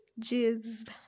Jeez